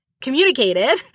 communicated